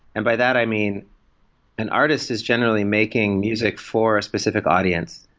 and by that, i mean an artist is generally making music for a specific audience.